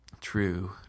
true